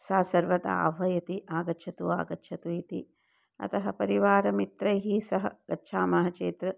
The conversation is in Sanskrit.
सा सर्वदा आह्वयति आगच्छतु आगच्छतु इति अतः परिवारमित्रैः सह गच्छामः चेत्